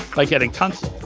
like getting tons.